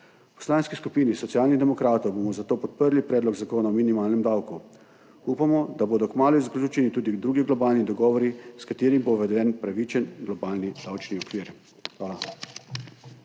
Poslanski skupini Socialnih demokratov bomo zato podprli predlog zakona o minimalnem davku. Upamo, da bodo kmalu zaključeni tudi drugi globalni dogovori, s katerimi bo uveden pravičen globalni davčni okvir. Hvala.